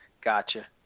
Gotcha